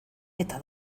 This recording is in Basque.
eta